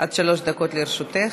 עד שלוש דקות לרשותך.